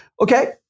okay